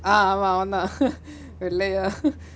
ah அவ அவந்தா:ava avanthaa வெள்ளயா:vellaya